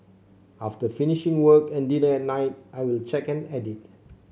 after finishing work and dinner at night I will check and edit